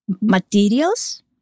Materials